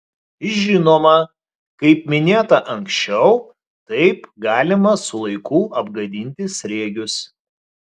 žinoma kaip minėta anksčiau taip galima su laiku apgadinti sriegius